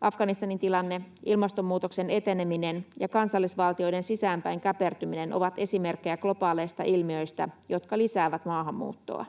Afganistanin tilanne, ilmastonmuutoksen eteneminen ja kansallisvaltioiden sisäänpäin käpertyminen ovat esimerkkejä globaaleista ilmiöistä, jotka lisäävät maahanmuuttoa.